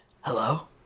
hello